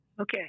Okay